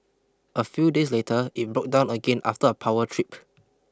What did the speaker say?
a few days later it broke down again after a power trip